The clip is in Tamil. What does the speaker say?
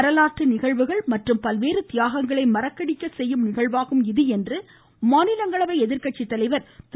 வரலாற்று நிகழ்வுகள் மற்றும் பல்வேறு தியாகங்களை மறக்கடிக்க செய்யும் நிகழ்வாகும் இது என்று மாநிலங்களவை எதிர்கட்சி தலைவர் திரு